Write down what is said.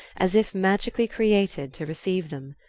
as if magically created to receive them.